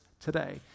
today